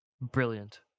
Brilliant